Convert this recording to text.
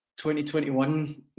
2021